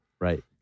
Right